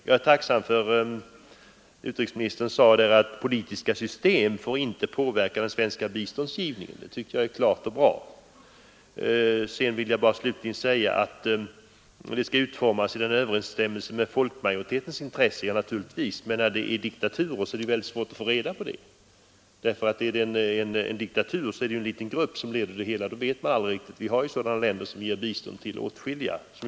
Jag är tacksam för att utrikesministern sade att mottagarlandets politiska system inte får påverka biståndsgivningen. Det tycker jag är ett klart och bra uttalande. Slutligen vill jag med anledning av uttalandet att stödet skall utformas i överensstämmelse med folkmajoritetens intresse säga, att det naturligtvis skall vara så. Men i diktaturer är det mycket svårt att få reda på vad som är folkmajoritetens intresse. I en diktatur är det ju en liten grupp som bestämmer, och då får vi inte veta något om folkets mening. Vi ger bistånd till åtskilliga sådana länder.